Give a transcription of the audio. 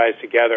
together